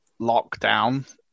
lockdown